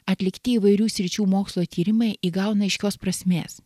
atlikti įvairių sričių mokslo tyrimai įgauna aiškios prasmės